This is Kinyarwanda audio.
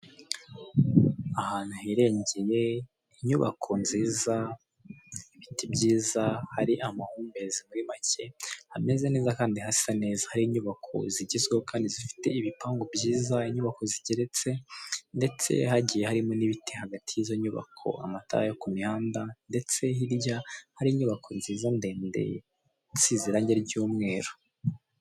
Ahantu hirengeye, inyubako nziza, ibiti byiza, hari amahumbezi muri make, hameze neza kandi hasa neza, hari inyubako zigezweho kandi zifite ibipangu byiza, inyubako zigeretse ndetse hagiye harimo n'ibiti hagati y'izo nyubako, amatara yo ku mihanda ndetse hirya hari inyubako nziza ndende isize irange ry'umweru.